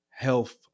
health